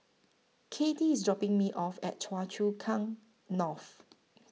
Kathey IS dropping Me off At Choa Chu Kang North